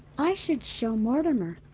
i should show mortimer.